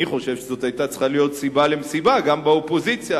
אני חושב שזאת היתה צריכה להיות סיבה למסיבה גם באופוזיציה,